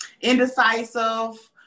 indecisive